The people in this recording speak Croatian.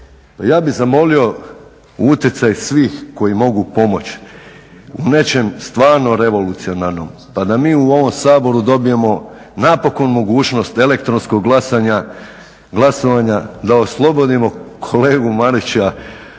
Ja bih zamolio utjecaj svih koji mogu pomoći u nečem stvarno revolucionarnom, pa da mi u ovom Saboru dobijemo napokon mogućnost elektronskog glasovanja, da oslobodimo kolegu Marića